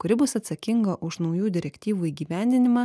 kuri bus atsakinga už naujų direktyvų įgyvendinimą